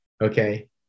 Okay